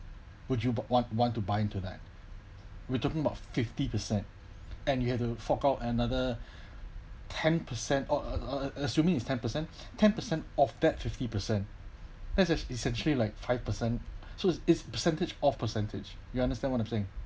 would you want want to buying to that we're talking about fifty percent and you have to fork out another ten percent or uh assuming is ten percent ten percent off that fifty percent less as essentially like five percent so its its percentage of percentage you understand what I'm saying